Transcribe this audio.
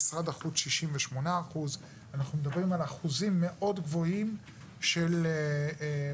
משרד החוץ 68%. אנחנו מדברים על אחוזים מאוד גבוהים של נושאים,